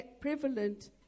prevalent